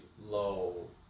low